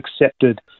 accepted